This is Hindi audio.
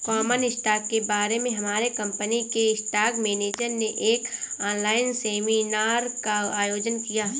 कॉमन स्टॉक के बारे में हमारे कंपनी के स्टॉक मेनेजर ने एक ऑनलाइन सेमीनार का आयोजन किया